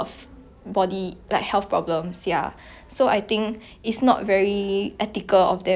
try to promote body positivity in the sense that oh it's okay you can be fat